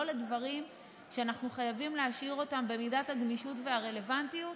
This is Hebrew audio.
לא לדברים שאנחנו חייבים להשאיר אותם במידת הגמישות והרלוונטיות.